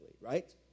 right